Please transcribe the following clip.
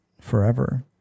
forever